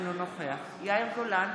אינו נוכח יאיר גולן,